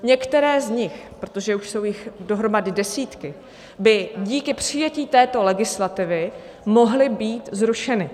Některé z nich, protože už jsou jich dohromady desítky, by díky přijetí této legislativy mohly být zrušeny.